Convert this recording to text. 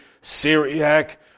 Syriac